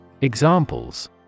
Examples